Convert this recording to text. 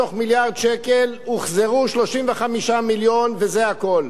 מתוך מיליארד שקל הוחזרו 35 מיליון וזה הכול.